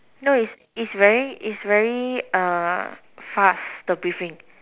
no it's it's very it's very fast the briefing